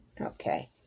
Okay